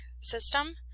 system